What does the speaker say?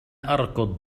أركض